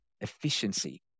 efficiency